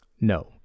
No